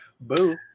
Boo